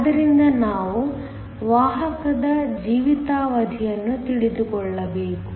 ಆದ್ದರಿಂದ ನಾವು ವಾಹಕದ ಜೀವಿತಾವಧಿಯನ್ನು ತಿಳಿದುಕೊಳ್ಳಬೇಕು